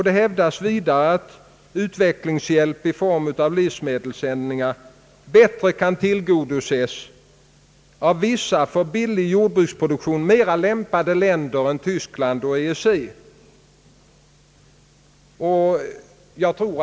Det hävdas vidare att utvecklingshjälpen i form av livsmedelssändningar bättre kan tillgodoses av vissa för billig jordbruksproduktion mera lämpade länder än Tyskland och andra EEC-länder.